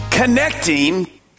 Connecting